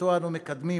שאנו מקדמים